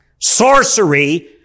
Sorcery